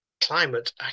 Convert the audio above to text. climate